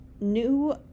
new